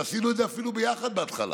אפילו עשינו את זה ביחד בהתחלה.